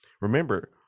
remember